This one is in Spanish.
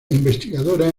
investigadora